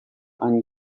ani